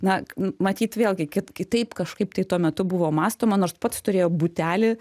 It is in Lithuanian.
na matyt vėlgi kit kitaip kažkaip tai tuo metu buvo mąstoma nors pats turėjo butelį